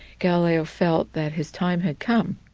galileo felt that his time had come.